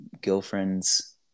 girlfriends